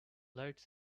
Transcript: lights